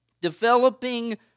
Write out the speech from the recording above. developing